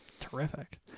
Terrific